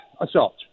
assault